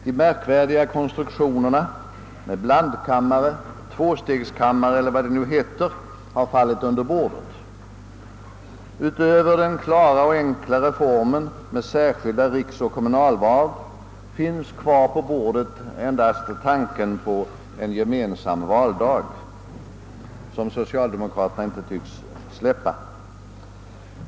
De märkliga konstruktionerna — blandkammare, tvåstegskammare eller vad de nu heter — har fallit under bordet. Utöver den enkla reformen med särskilda riksoch kommunalval finns kvar på bordet endast tanken på en gemensam valdag, en tanke som :socialdemokraterna inte tycks vilja släppa.